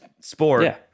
sport